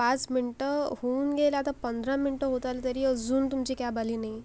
पाच मिनटं होऊन गेले आता पंधरा मिनटं होत आली तरी अजून तुमची कॅब आली नाही